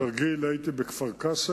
בתרגיל הייתי בכפר-קאסם.